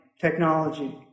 technology